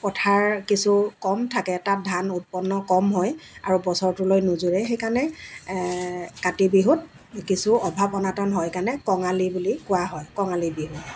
পথাৰ কিছু কম থাকে তাত ধান উৎপন্ন কম হয় আৰু বছৰটোলৈ নোজোৰে সেইকাৰণে কাতি বিহুত কিছু অভাৱ অনাটন হয় কাৰণে কঙালী বুলি কোৱা হয় কঙালী বিহু